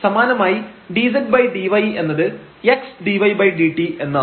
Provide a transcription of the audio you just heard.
സമാനമായി ∂z∂y എന്നത് xdydt എന്നാവും